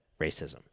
racism